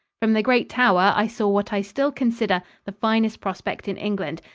from the great tower i saw what i still consider the finest prospect in england,